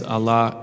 Allah